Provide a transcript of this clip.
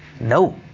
No